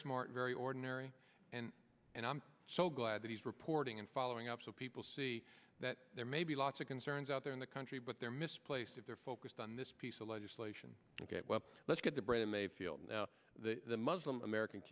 smart very ordinary and and i'm so glad that he's reporting and following up so people see that there may be lots of concerns out there in the country but there misplaced if they're focused on this piece of legislation and get well let's get to brandon mayfield and the muslim american